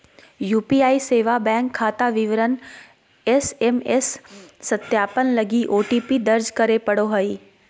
UPI सेवा bank खाता विवरण एस.एम.एस सत्यापन लगी ओ.टी.पी दर्ज करे पड़ो हइ